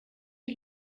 die